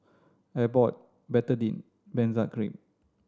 Abbott Betadine Benzac Cream